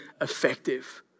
effective